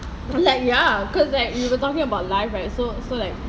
like ya because like we were talking about life right so so like